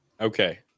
Okay